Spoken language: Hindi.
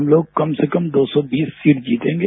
हमलोग कम से कम दो सौ बीस सीट जीतेंगे